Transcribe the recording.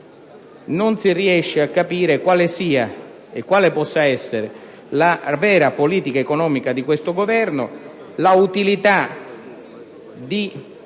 non si riesce a capire quale sia e quale possano essere la vera politica economica di questo Governo e l'utilità di